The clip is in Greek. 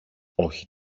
όχι